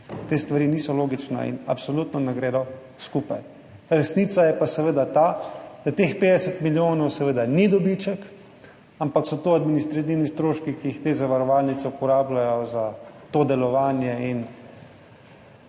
Te stvari niso logične in absolutno ne gredo skupaj. Resnica je pa ta, da teh 50 milijonov seveda ni dobiček, ampak so to administrativni stroški, ki jih te zavarovalnice uporabljajo za to delovanje in